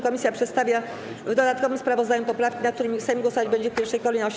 Komisja przedstawia w dodatkowym sprawozdaniu poprawki, nad którymi Sejm głosować będzie w pierwszej kolejności.